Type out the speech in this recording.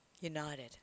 United